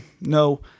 no